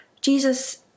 Jesus